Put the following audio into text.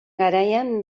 garaian